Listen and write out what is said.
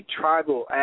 tribal